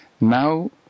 now